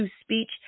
speech